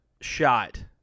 shot